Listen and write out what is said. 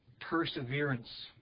perseverance